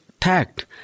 tact